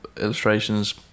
illustrations